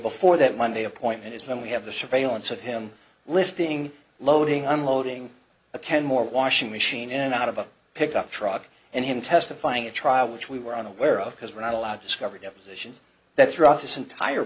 before that monday appointment is when we have the surveillance of him lifting loading unloading a kenmore washing machine in and out of a pickup truck and him testifying at trial which we were unaware of because we're not allowed discovery depositions that throughout this entire